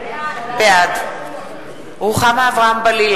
עכשיו, רבותי, הסעיף הבא,